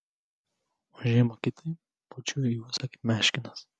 o žiemą kitaip pučiu į ūsą kaip meškinas